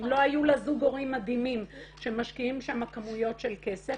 אם לא היו לה זוג הורים מדהימים שמשקיעים שם כמויות של כסף